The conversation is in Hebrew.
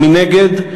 ומנגד,